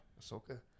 Ahsoka